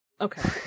Okay